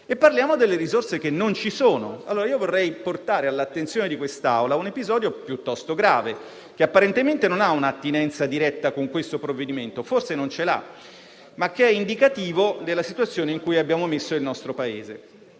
allora delle risorse che non ci sono. Vorrei portare all'attenzione di questa Assemblea un episodio piuttosto grave, che apparentemente non ha un'attinenza diretta con questo provvedimento e forse non ce l'ha, ma che è indicativo della situazione in cui abbiamo messo il nostro Paese.